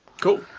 Cool